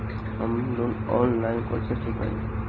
हम loan online कइसे चुकाई?